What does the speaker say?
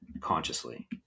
consciously